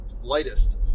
lightest